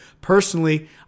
Personally